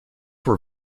were